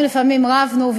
גם אם לפעמים רבנו,